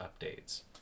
updates